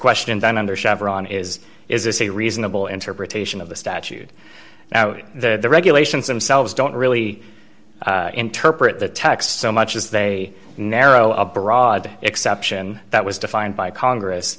chevron is is this a reasonable interpretation of the statute now that the regulations themselves don't really interpret the text so much as they narrow a broad exception that was defined by congress